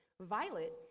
Violet